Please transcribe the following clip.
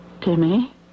Timmy